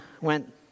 went